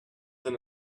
than